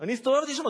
אני הסתובבתי שם.